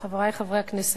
חברי חברי הכנסת,